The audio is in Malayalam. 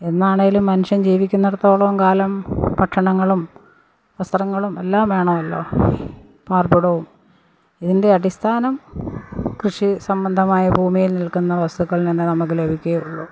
എന്നാണേലും മനുഷ്യൻ ജീവിക്കുന്നിടത്തോളം കാലം ഭക്ഷണങ്ങളും വസ്ത്രങ്ങളും എല്ലാം വേണമല്ലോ പാർപ്പിടവും ഇതിൻ്റെ അടിസ്ഥാനം കൃഷി സംബന്ധമായി ഭൂമിയിൽ നിൽക്കുന്ന വസ്തുക്കളിൽ നിന്ന് നമുക്ക് ലഭിക്കുകയുള്ളു